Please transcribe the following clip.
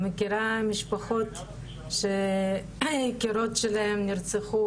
ומכירה משפחות שהיקירות שלהן נרצחו